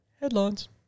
headlines